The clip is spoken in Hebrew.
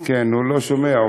כן, הוא לא שומע.